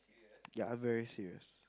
ya I'm very serious